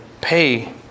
pay